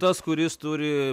tas kuris turi